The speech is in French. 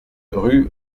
rue